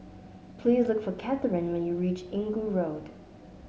please look for Katheryn when you reach Inggu Road